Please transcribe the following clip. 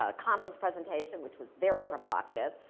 ah conference presentation, which was very provocative,